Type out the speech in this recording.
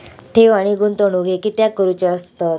ठेव आणि गुंतवणूक हे कित्याक करुचे असतत?